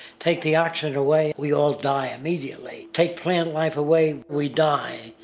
take the oxygen away, we all die immediately. take plant life away, we die.